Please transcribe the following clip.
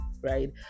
right